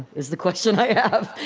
is the question i have.